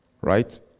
right